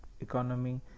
economy